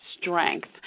strength